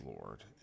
lord